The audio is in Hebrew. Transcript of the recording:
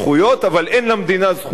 אבל אין למדינה זכות לדרוש,